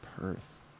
Perth